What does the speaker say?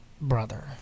brother